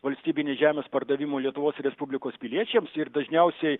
valstybinės žemės pardavimu lietuvos respublikos piliečiams ir dažniausiai